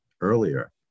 earlier